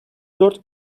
dört